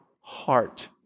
heart